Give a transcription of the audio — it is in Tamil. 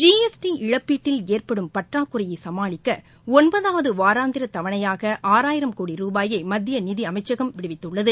ஜி எஸ் டி இழப்பீட்டில் ஏற்படும் பற்றாக்குறையை சமாளிக்க ஒன்பதாவது வாராந்திர தவணையாக ஆறாயிரம் கோடி ருபாயை மத்திய நிதி அமைச்சகம் விடுவித்துள்ளது